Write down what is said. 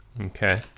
Okay